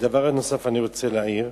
דבר נוסף שאני רוצה להעיר: